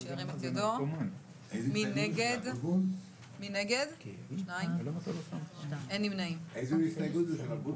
השעה היא 09:07. הדיון הבוקר יעסוק בפרק ט' (ביטוח